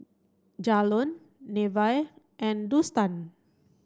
Jalon Nevaeh and Dustan